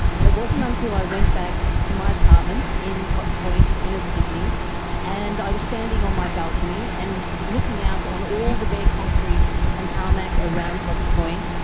and it wasn't until i went back to my apartment in potts point in inner sydney and i was standing on my balcony and looking out on all the bare concrete and tarmac around potts point,